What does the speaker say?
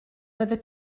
whether